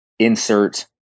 insert